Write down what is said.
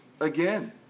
again